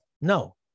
No